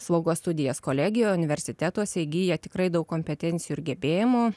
slaugos studijas kolegijoj universitetuose įgija tikrai daug kompetencijų ir gebėjimų